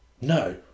No